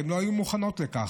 והן לא היו מוכנות לכך.